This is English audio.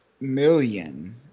million